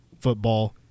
football